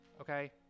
okay